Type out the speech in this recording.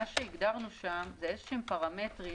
הגדרנו שם פרמטרים